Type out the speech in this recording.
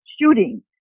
shooting